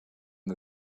the